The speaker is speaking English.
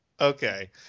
Okay